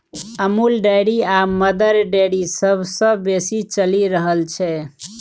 Amul Dairy आ Mother Dairy सबसँ बेसी चलि रहल छै